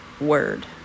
word